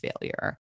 failure